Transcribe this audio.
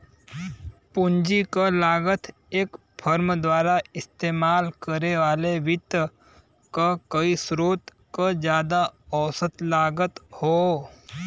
पूंजी क लागत एक फर्म द्वारा इस्तेमाल करे वाले वित्त क कई स्रोत क जादा औसत लागत हौ